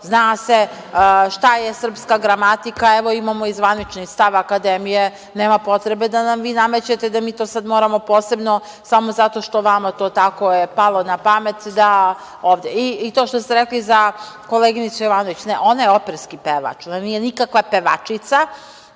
zna se šta je srpska gramatika. Evo imamo i zvanični stav, Akademije, nema potrebe da nam vi namećete da mi to sada moramo posebno samo zato što je vama to tako palo na pamet. To što ste rekli za koleginicu Jovanović. Ona je operski pevač. Ona nije nikakva pevačica.